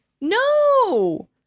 no